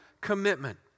commitment